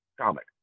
comic